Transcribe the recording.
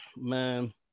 man